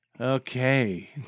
okay